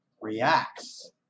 Reacts